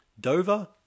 Dover